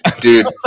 dude